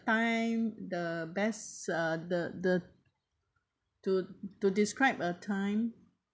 time the best uh the the to to describe a time